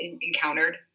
encountered